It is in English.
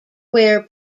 wear